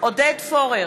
עיסאווי